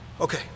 Okay